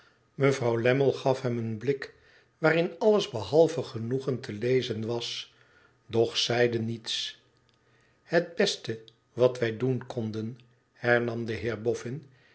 mevrouw lammie gaf hem een blik waarin alles behalve genoegen te lezen was doch zeide niets het beste dat wij doen konden hernam de